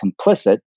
complicit